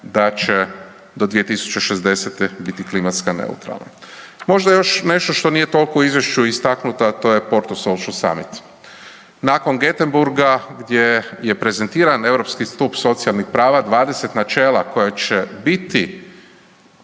da će do 2060. biti klimatski neutralna. Možda još nešto što nije tolko u izvješću istaknuto, a to je Porto …/Govornik se ne razumije/…samit. Nakon Gotenburga gdje je prezentiran europski stup socijalnih prava 20 načela koja će biti